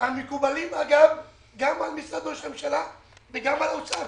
הם המקובלים על משרד ראש הממשלה וגם על האוצר,